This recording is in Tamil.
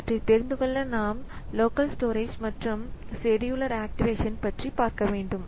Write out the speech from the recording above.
இவற்றை தெரிந்துகொள்ள நாம் லோக்கல் ஸ்டோரேஜ் மற்றும் செடியூலர் ஆக்டிவேஷன் பற்றி பார்க்க வேண்டும்